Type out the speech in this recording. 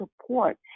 support